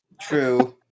True